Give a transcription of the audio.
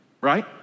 right